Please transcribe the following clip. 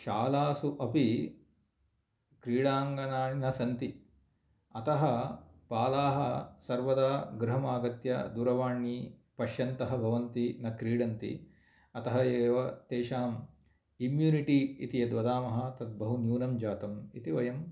शालासु अपि क्रीडाङ्गणानि न सन्ति अतः बालाः सर्वदा गृहं आगत्य दूरवाणी पश्यन्तः भवन्ति न क्रीडन्ति अतः एव तेषाम् इम्युनिटी इति यद्वदामः तद्बहु न्यूनं जातं इति वयं